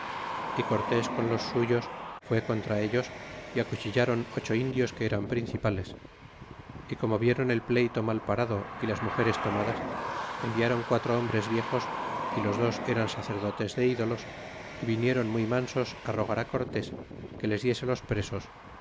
y cortes con los suyos fué contra ellos y acuchiláron ocho indios que eran principales y como vieron el pleyto mal parado y las mugeres tomadas enviáron quatre hombres viejos y los dos eran sacerdotes de ídolos é viniéron muy mansos rogar á cortes que les diese los presos